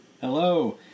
Hello